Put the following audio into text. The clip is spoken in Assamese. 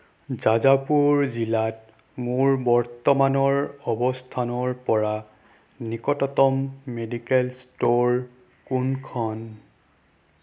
জাজাপুৰ জিলাত মোৰ বৰ্তমানৰ অৱস্থানৰ পৰা নিকটতম মেডিকেল ষ্ট'ৰ কোনখন